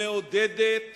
שמעודדת